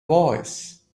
voice